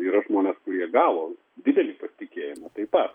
yra žmonės kurie gavo didelį pasitikėjimą taip pat